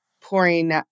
pouring